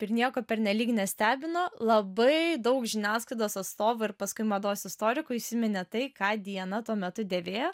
ir nieko pernelyg nestebino labai daug žiniasklaidos atstovų ir paskui mados istorikų įsiminė tai ką diana tuo metu dėvėjo